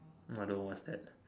I don't know what's that